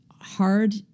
hard